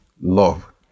Love